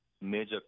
major